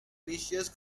delicious